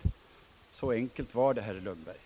Så enkelt var det, herr Lundberg!